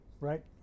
Right